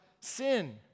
sin